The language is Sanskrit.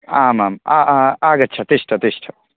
आमाम् आगच्छ तिष्ठ तिष्ठ